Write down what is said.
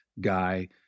guy